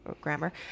Grammar